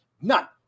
None